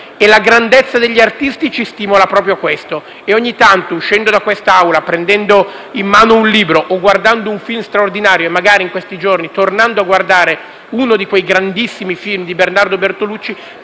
la grandezza degli artisti ci stimola proprio a questo. Ogni tanto, uscendo da quest'Aula, prendendo in mano un libro o guardando un film straordinario - e magari in questi giorni tornando a guardare uno di quei grandissimi film di Bernardo Bertolucci